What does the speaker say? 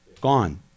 gone